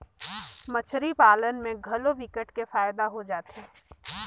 मछरी पालन में घलो विकट के फायदा हो जाथे